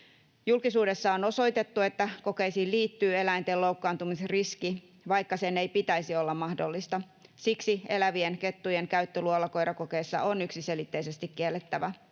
Julkisuudessa on osoitettu, että kokeisiin liittyy eläinten loukkaantumisriski, vaikka sen ei pitäisi olla mahdollista. Siksi elävien kettujen käyttö luolakoirakokeissa on yksiselitteisesti kiellettävä.